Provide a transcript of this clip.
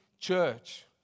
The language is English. church